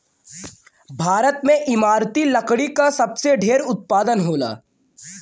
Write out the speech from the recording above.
भारत में इमारती लकड़ी क सबसे ढेर उत्पादन होला